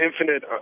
infinite